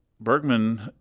Bergman